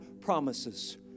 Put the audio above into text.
promises